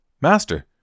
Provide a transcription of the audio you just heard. Master